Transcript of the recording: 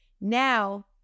Now